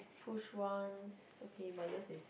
push once okay but yours is